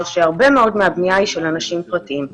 שהרבה מאוד מהבנייה היא של אנשים פרטיים.